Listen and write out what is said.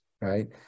right